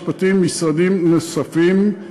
משרד המשפטים ומשרדים נוספים.